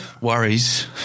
worries